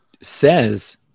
says